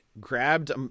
grabbed